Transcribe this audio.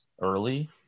early